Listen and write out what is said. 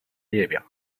列表